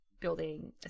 building